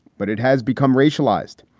but it has become racialized.